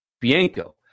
Bianco